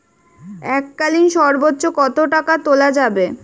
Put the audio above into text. এককালীন সর্বোচ্চ কত টাকা তোলা যাবে?